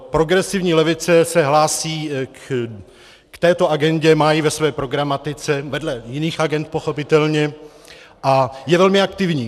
Progresivní levice se hlásí k této agendě, má ji ve svém programu vedle jiných agend pochopitelně a je velmi aktivní.